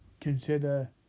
consider